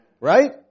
Right